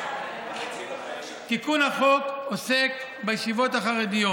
תיקון החוק עוסק בישיבות החרדיות.